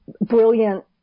brilliant